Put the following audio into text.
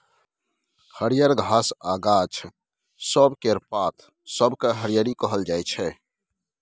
हरियर घास आ गाछ सब केर पात सबकेँ हरियरी कहल जाइ छै